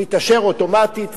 זה מתאשר אוטומטית,